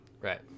right